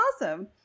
awesome